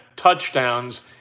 touchdowns